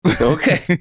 Okay